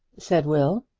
said will.